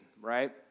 right